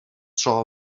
tro